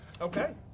Okay